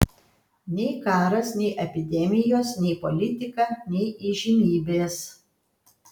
nei karas nei epidemijos nei politika nei įžymybės